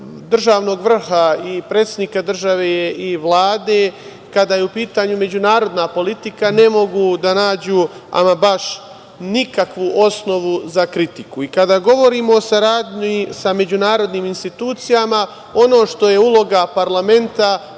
državnog vrha i predsednika države i Vlade, kada je u pitanju međunarodna politika, ne mogu da nađu ama baš nikakvu osnovu za kritiku. Kada govorimo o saradnji sa međunarodnim institucijama, ono što je uloga parlamenta,